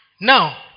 Now